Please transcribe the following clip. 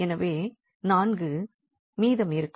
எனவே 4 மீதம் இருக்கும்